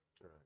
right